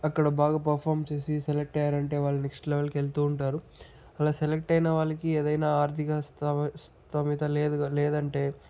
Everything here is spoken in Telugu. అక్కడ బాగా పెర్ఫార్మ్ చేసి సెలెక్ట్ అయ్యారంటే వాళ్ళు నెక్స్ట్ లెవెల్కి వెళుతు ఉంటారు అలా సెలెక్ట్ అయినా వాళ్ళకి ఏదైనా ఆర్ధిక స్థోమ స్థోమత లేదంటే